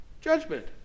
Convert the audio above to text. judgment